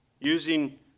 using